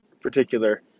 particular